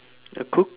the cook